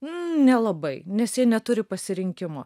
nelabai nes jie neturi pasirinkimo